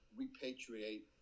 repatriate